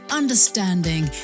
understanding